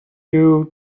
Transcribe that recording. you